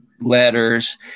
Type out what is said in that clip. letters